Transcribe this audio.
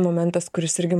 momentas kuris irgi